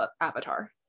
Avatar